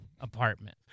apartment